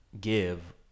give